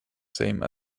same